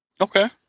Okay